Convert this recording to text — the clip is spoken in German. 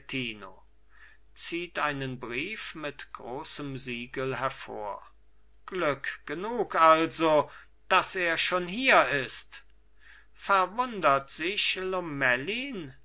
gianettino zieht einen brief mit großem siegel hervor glück genug also daß er schon hier ist verwundert sich lomellin